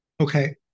Okay